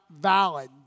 valid